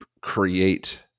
create